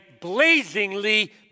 blazingly